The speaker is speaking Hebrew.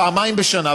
פעמיים בשנה,